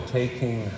taking